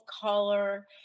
color